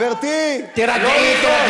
גברתי, לא לכעוס.